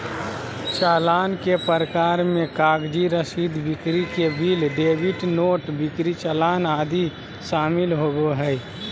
चालान के प्रकार मे कागजी रसीद, बिक्री के बिल, डेबिट नोट, बिक्री चालान आदि शामिल होबो हय